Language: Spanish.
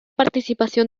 participación